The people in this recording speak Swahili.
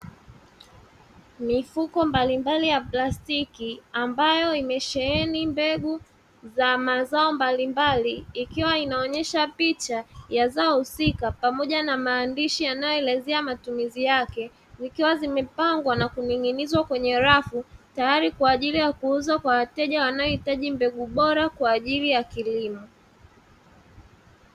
Mifuko mbalimbali ya plastiki ambayo imesheheni mbegu za mazao mbalimbali, ikiwa inaonyesha picha ya zao husika pamoja na maandishi yanayoelezea matumizi yake, zikiwa zimepangwa na kuning'inizwa kwenye rafu, tayari kwa ajili ya kuuzwa kwa wateja wanaohitaji mbegu bora kwa ajili ya kilimo.